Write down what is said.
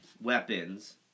weapons